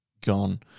Gone